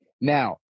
Now